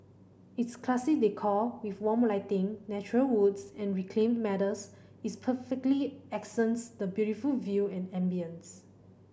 its classy decor with warm lighting natural woods and reclaimed metals is perfectly accents the beautiful view and ambience